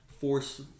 force